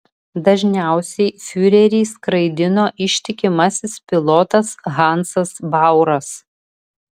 dažniausiai fiurerį skraidino ištikimasis pilotas hansas bauras